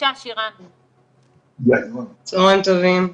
צהריים טובים.